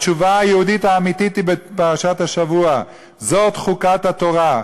התשובה היהודית האמיתית היא בפרשת השבוע: "זאת חקת התורה".